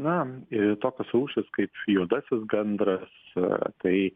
na tokios rūšys kaip juodasis gandras tai